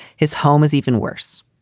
his home is even worse.